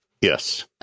Yes